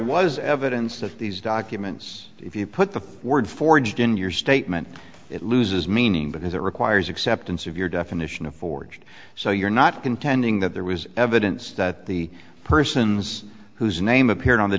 was evidence that these documents if you put the word forged in your statement it loses meaning because it requires acceptance of your definition of forged so you're not contending that there was evidence that the persons whose name appeared on the